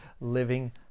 living